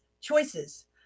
choices